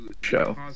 Show